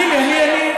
תני לי.